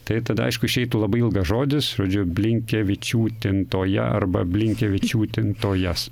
tai tada aišku išeitų labai ilgas žodis žodžiu blinkevičiūtintoja arba blinkevičiūtintojas